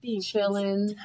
chilling